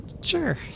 Sure